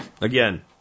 Again